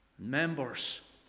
Members